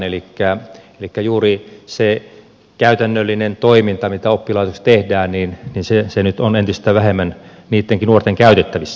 elikkä juuri se käytännöllinen toiminta mitä oppilaitoksissa tehdään nyt on entistä vähemmän niittenkin nuorten käytettävissä